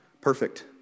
perfect